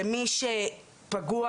למי שפגוע